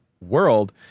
world